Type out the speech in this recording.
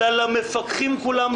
אלא למפקחים כולם,